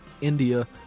India